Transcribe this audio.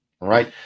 right